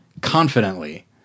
confidently